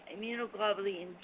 immunoglobulin